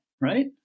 Right